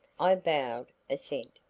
i bowed assent,